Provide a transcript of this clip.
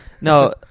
No